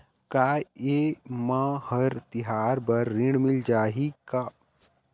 का ये मा हर तिहार बर ऋण मिल जाही का?